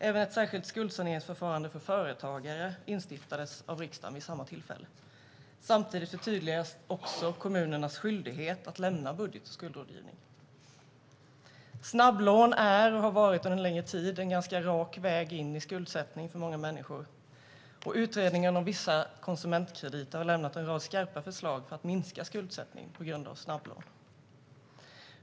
Även ett särskilt skuldsaneringsförfarande för företagare instiftades av riksdagen vid samma tillfälle. Samtidigt förtydligades kommunernas skyldighet att lämna budget och skuldrådgivning. Snabblån är, och har varit under en längre tid, en ganska rak väg in i skuldsättning för många människor. Utredningen om vissa konsumentkrediter har lämnat en rad skarpa förslag för att minska skuldsättning på grund av snabblån.